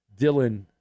Dylan